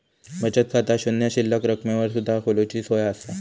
बचत खाता शून्य शिल्लक रकमेवर सुद्धा खोलूची सोया असा